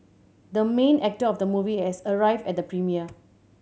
the main actor of the movie has arrived at the premiere